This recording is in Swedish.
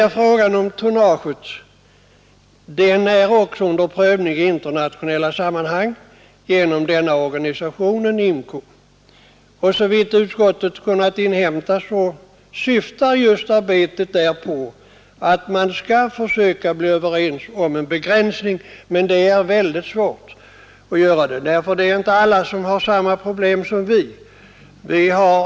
Frågan om tonnaget är som nämnts också under prövning i internationella sammanhang genom organisationen IMCO, och såvitt utskottet kunna inhämta syftar arbetet där just till att man skall försöka bli överens om en begränsning. Men det är mycket svårt att åstadkomma detta, eftersom alla inte har samma problem som vi.